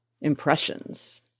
impressions